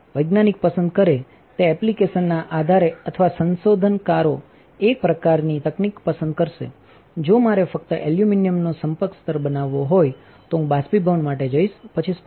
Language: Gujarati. ાનિક પસંદ કરે તે એપ્લિકેશનના આધારે અથવા સંશોધનકારો એક પ્રકારની તકનીક પસંદ કરશે જો મારે ફક્ત એલ્યુમિનિયમનો સંપર્ક સ્તર બનાવવો હોય તો હું બાષ્પીભવન માટે જઈશ પછી સ્પટરિંગ માટે